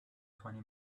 twenty